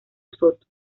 soto